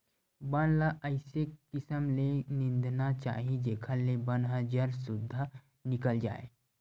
बन ल अइसे किसम ले निंदना चाही जेखर ले बन ह जर सुद्धा निकल जाए